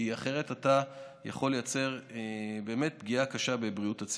כי אחרת אתה יכול לייצר באמת פגיעה קשה בבריאות הציבור.